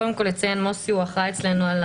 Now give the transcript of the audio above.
מוסי אחראי אצלנו על